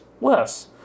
less